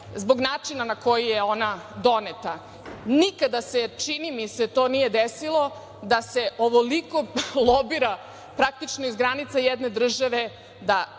zbog načina na koji je ona doneta Nikada se čini mi se to nije desilo da se ovoliko lobira, praktično iz granica jedne države da